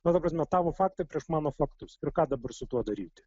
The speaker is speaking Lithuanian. na ta prasme tavo faktai prieš mano faktus ir ką dabar su tuo daryti